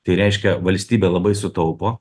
tai reiškia valstybė labai sutaupo